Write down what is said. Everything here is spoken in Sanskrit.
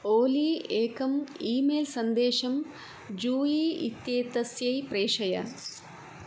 ओली एकम् ई मेल् सन्देशं जूयी इत्येतस्यै प्रेषय